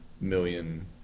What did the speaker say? million